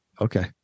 okay